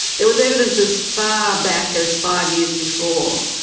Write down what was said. there was evidence as far back as five years before,